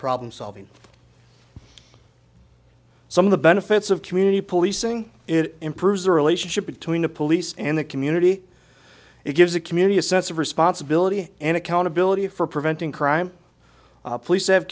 problem solving some of the benefits of community policing it improves the relationship between the police and the community it gives a community a sense of responsibility and accountability for preventing crime police have